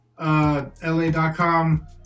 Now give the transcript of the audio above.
LA.com